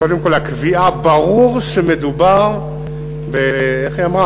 קודם כול הקביעה "ברור שמדובר" איך היא אמרה?